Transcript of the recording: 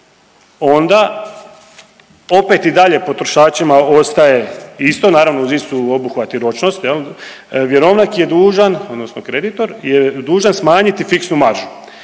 onda opet i dalje potrošačima ostaje isto naravno uz istu obuhvat i ročnost jel, vjerovnik je dužan odnosno kreditor je dužan smanjiti fiksnu maržu.